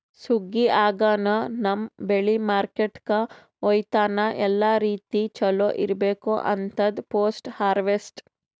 ಸುಗ್ಗಿ ಆಗನ ನಮ್ಮ್ ಬೆಳಿ ಮಾರ್ಕೆಟ್ಕ ಒಯ್ಯತನ ಎಲ್ಲಾ ರೀತಿ ಚೊಲೋ ಇರ್ಬೇಕು ಅಂತದ್ ಪೋಸ್ಟ್ ಹಾರ್ವೆಸ್ಟ್